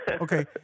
Okay